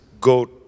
go